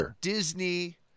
Disney